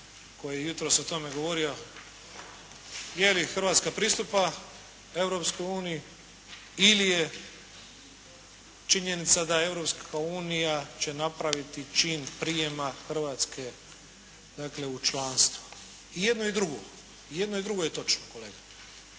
koji je jutros o tome govorio. Je li Hrvatska pristupa Europskoj uniji ili je činjenica da Europska unija će napraviti čin prijema Hrvatske, dakle u članstvo. I jedno i drugo. I jedno i drugo je točno kolega.